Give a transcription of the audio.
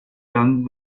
done